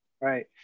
right